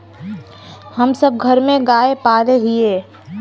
हम सब घर में गाय पाले हिये?